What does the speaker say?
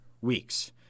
weeks